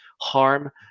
harm